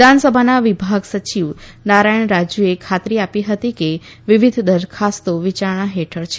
વિધાનસભાના વિભાગના સચિવ નારાયણ રાજુએ ખાતરી આપી હતી કે વિવિધ દરખાસ્તો વિચારણા હેઠળ છે